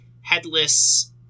headless